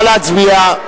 נא להצביע.